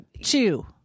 Two